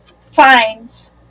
finds